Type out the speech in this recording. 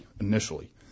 initially